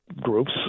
groups